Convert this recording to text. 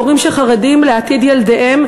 הורים שחרדים לעתיד ילדיהם,